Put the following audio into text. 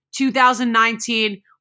2019